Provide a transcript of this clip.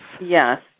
Yes